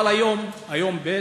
אבל היום, יום ב',